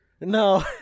No